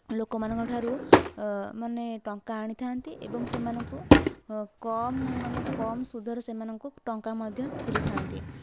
ଲୋକମାନଙ୍କ ଠାରୁ ମାନେ ଟଙ୍କା ଆଣିଥାନ୍ତି ଏବଂ ସେମାନଙ୍କୁ କମ୍ ମାନେ କମ୍ ସୁଧରେ ସେମାନଙ୍କୁ ଟଙ୍କା ମଧ୍ୟ ସୁଝିଥାନ୍ତି